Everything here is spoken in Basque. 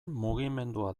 mugimendua